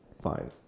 fine